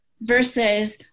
versus